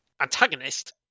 antagonist